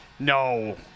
No